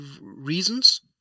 reasons